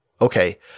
Okay